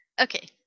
Okay